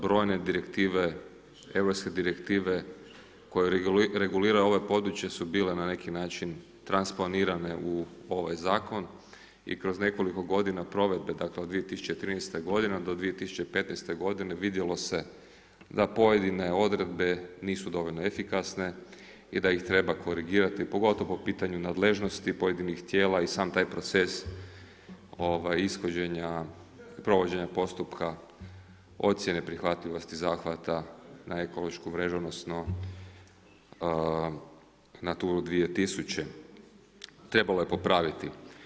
Brojne direktive, europske direktive koje regulira ovo područje su bile na neki način transponirane u ovaj zakon i kroz nekoliko provedbe, dakle od 2013. godine do 2015. godine, vidjelo se da pojedine odredbe nisu dovoljno efikasne i da ih treba korigirati pogotovo po pitanju nadležnosti pojedinih tijela i sam taj proces ishođenja, provođenja postupka, ocjene prihvatljivosti zahvata na ekološku mrežu odnosno Naturu 2000. trebalo je popraviti.